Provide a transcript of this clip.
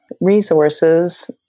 resources